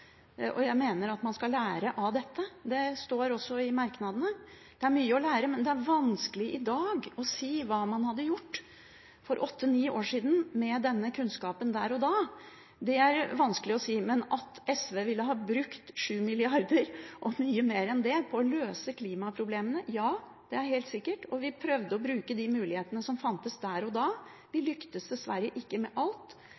dem. Jeg mener at man skal lære av dette, og det står også i merknadene. Det er mye å lære, men det er vanskelig i dag å si hva man ville gjort for åtte–ni år siden med denne kunnskapen der og da. Det er vanskelig å si, men at SV ville ha brukt 7 mrd. kr – og mye mer enn det – på å løse klimaproblemene, ja det er helt sikkert, og vi prøvde å bruke de mulighetene som fantes der og da.